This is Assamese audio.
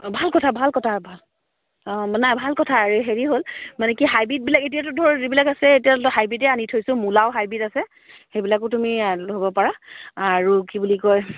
অঁ ভাল কথা ভাল কথা ভাল অঁ নাই ভাল কথা আৰু হেৰি হ'ল মানে কি হাইব্ৰীডবিলাক এতিয়াতো ধৰ যিবিলাক আছে এতিয়াতো হাইব্ৰ্ৰীডে আনি থৈছোঁ মূলাও হাইব্ৰীড আছে সেইবিলাকো তুমি ল'ব পাৰা আৰু কি বুলি কয়